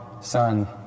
Son